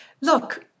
look